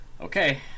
Okay